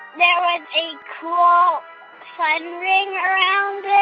there was a cool sun ring around yeah